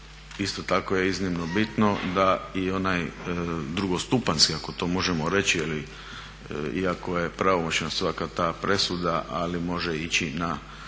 isto tako je iznimno bitno da i onaj drugostupanjski ako to možemo reći i iako je pravomoćna svaka ta presuda, ali može ići na